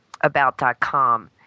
About.com